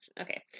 okay